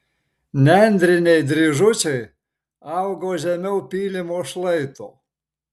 nendriniai dryžučiai augo žemiau pylimo šlaito